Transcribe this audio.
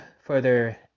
further